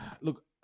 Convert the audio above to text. look